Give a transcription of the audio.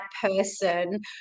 person